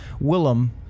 Willem